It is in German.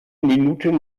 minuten